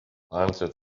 answered